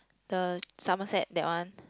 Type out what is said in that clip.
the Somerset that one